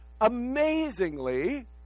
amazingly